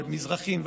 מזרחים,